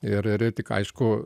ir ir tik aišku